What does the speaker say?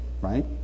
right